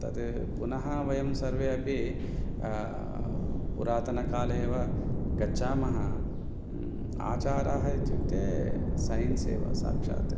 तद् पुनः वयं सर्वे अपि पुरातनकाले एव गच्छामः आचाराः इत्युक्ते सैन्स् एव साक्षात्